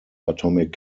atomic